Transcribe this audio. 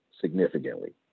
significantly